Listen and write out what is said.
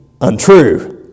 untrue